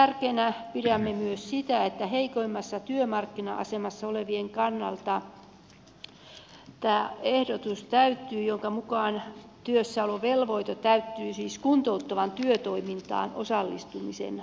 tärkeänä pidämme myös sitä että heikoimmassa työmarkkina asemassa olevien kannalta täyttyy tämä ehdotus jonka mukaan työssäolovelvoite täyttyy siis kuntouttavaan työtoimintaan osallistumisen ajalta